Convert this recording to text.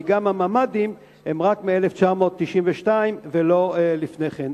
כי גם הממ"דים הם רק מ-1992 ולא לפני כן.